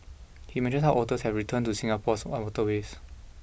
he mentions how otters have returned to Singapore's waterways